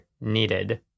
needed